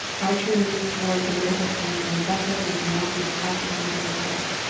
archer moved toward the mantelpiece and bent over to knock his ashes into the grate.